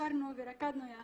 שרנו ורקדנו יחד.